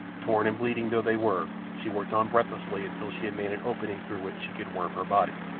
torn and bleeding though they were, she worked on breathlessly until she had made an opening through which she could worm her body,